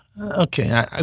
Okay